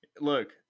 Look